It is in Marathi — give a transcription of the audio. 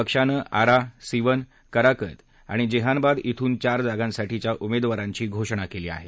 पक्षानं आरा सीवन कराकत आणि जेहानबाद इथून चार जागांसाठीच्या उमेदवारांची घोषणा केली आहे